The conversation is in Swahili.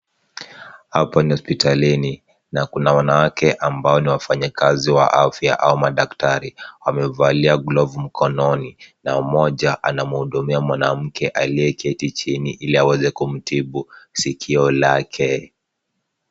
Hapa ni hospitalini na kuna wanawake ambao ni wafanyi kazi wa afya au madaktari. Wamevalia glavu mkononi na moja anamuhudumia mwanamke aliyeketi chini iliaweze kumtibu sikio lake.